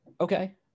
Okay